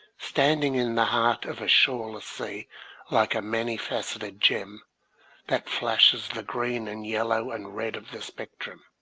standing in the heart of a shoreless sea like a many-faceted gem that flashes the green and yellow and red of the spectrum.